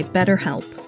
BetterHelp